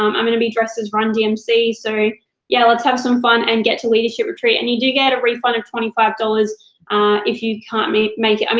um i'm gonna be dressed as run dmc, so yeah, let's have some fun and get to leadership retreat, and you do get a refund of twenty five dollars if you can't make make it. i mean